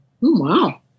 wow